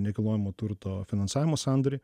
nekilnojamo turto finansavimo sandorį